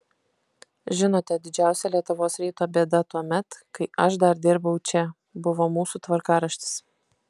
žinote didžiausia lietuvos ryto bėda tuomet kai aš dar dirbau čia buvo mūsų tvarkaraštis